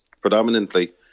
predominantly